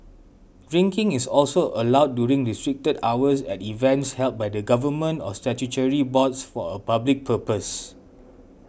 drinking is also allowed during restricted hours at events held by the Government or statutory boards for a public purpose